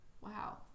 Wow